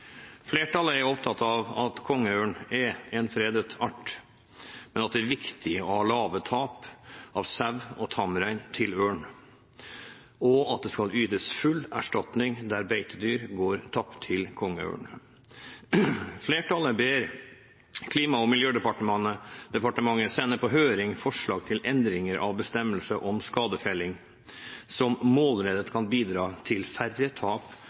Flertallet er opptatt av at kongeørn er en fredet art, men at det er viktig å ha lave tap av sau og tamrein til ørn, og at det skal ytes full erstatning der beitedyr går tapt til kongeørn. Flertallet ber Klima- og miljødepartementet sende på høring forslag til endringer av bestemmelsene om skadefelling som målrettet kan bidra til færre tap